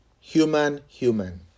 human-human